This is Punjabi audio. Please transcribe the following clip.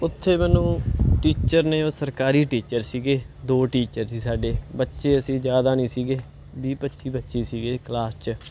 ਉੱਥੇ ਮੈਨੂੰ ਟੀਚਰ ਨੇ ਉਹ ਸਰਕਾਰੀ ਟੀਚਰ ਸੀਗੇ ਦੋ ਟੀਚਰ ਸੀ ਸਾਡੇ ਬੱਚੇ ਅਸੀਂ ਜ਼ਿਆਦਾ ਨਹੀਂ ਸੀਗੇ ਵੀਹ ਪੱਚੀ ਬੱਚੇ ਸੀਗੇ ਕਲਾਸ 'ਚ